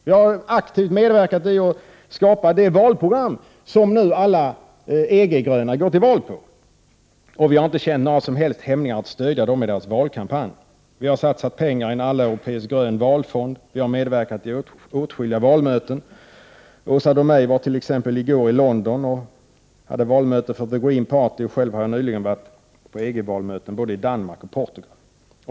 Vi har aktivt medverkat till att skapa det valprogram som nu alla EG:s gröna går till val på, och vi har inte känt några som helst hämningar att stödja dem i deras valkampanj. Vi har satsat pengar i en alleuropeisk grön valfond, och vi har medverkat vid åtskilliga valmöten. Åsa Domeij var t.ex. i går i London och hade valmöte för The Green Party, och själv har jag nyligen varit på EG-valmöten i både Danmark och Portugal.